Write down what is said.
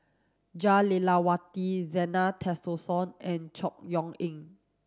Jah Lelawati Zena Tessensohn and Chor Yeok Eng